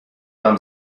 mam